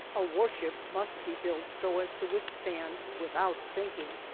a warship must be built so as to withstand, without sinking,